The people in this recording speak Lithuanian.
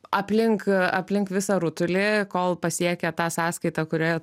aplink aplink visą rutulį kol pasiekia tą sąskaitą kurioje